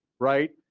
right?